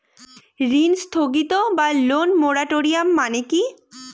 ঋণ স্থগিত বা লোন মোরাটোরিয়াম মানে কি?